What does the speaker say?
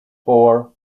four